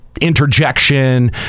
interjection